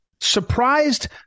surprised